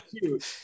cute